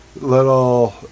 Little